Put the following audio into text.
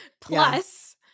Plus